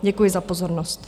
Děkuji za pozornost.